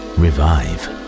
revive